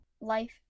life